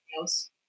else